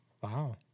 Wow